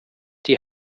die